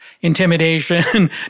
intimidation